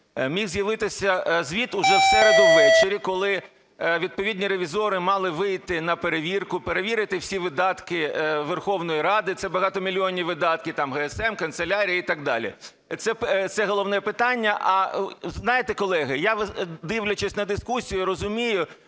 міг з'явитися звіт уже в середу ввечері. Коли відповідні ревізори мали вийти на перевірку, перевірити всі видатки Верховної Ради, це багатомільйонні видатки ГСМ, канцелярія і так далі. Це головне питання. Знаєте, колеги, я, дивлячись на дискусію, розумію,